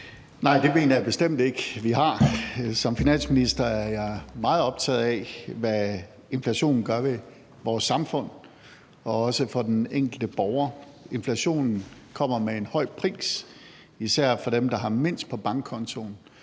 Nej, det mener jeg bestemt ikke vi har. Som finansminister er jeg meget optaget af, hvad inflationen gør ved vores samfund og også for den enkelte borger. Inflationen kommer med en høj pris, især for dem, der har mindst på bankkontoen.